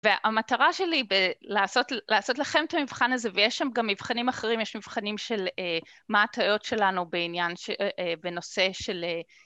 והמטרה שלי, לעשות לכם את המבחן הזה, ויש שם גם מבחנים אחרים, יש מבחנים של מה הטעויות שלנו בנושא של...